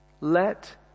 Let